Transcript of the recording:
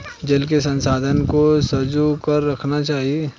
जल के संसाधन को संजो कर रखना चाहिए